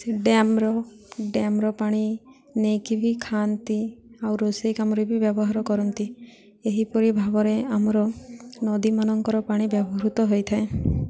ସେ ଡ୍ୟାାମ୍ର ଡ୍ୟାାମ୍ର ପାଣି ନେଇକି ବି ଖାଆନ୍ତି ଆଉ ରୋଷେଇ କାମରେ ବି ବ୍ୟବହାର କରନ୍ତି ଏହିପରି ଭାବରେ ଆମର ନଦୀମାନଙ୍କର ପାଣି ବ୍ୟବହୃତ ହୋଇଥାଏ